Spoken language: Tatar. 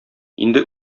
инде